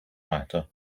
matter